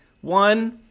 One